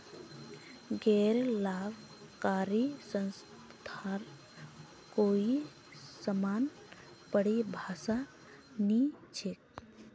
गैर लाभकारी संस्थार कोई समान परिभाषा नी छेक